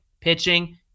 pitching